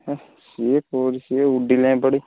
ସିଏ କଉଠି ସେ ଉଡ଼ିଲାଣି ପଡ଼ି